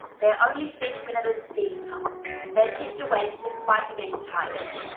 they are only fed when it is feed time, they are kept awake despite being tired.